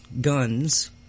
guns